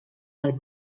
pel